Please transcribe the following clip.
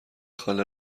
خاله